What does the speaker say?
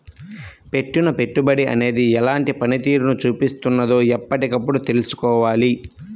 పెట్టిన పెట్టుబడి అనేది ఎలాంటి పనితీరును చూపిస్తున్నదో ఎప్పటికప్పుడు తెల్సుకోవాలి